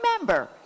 remember